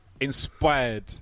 inspired